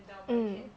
mm